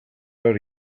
our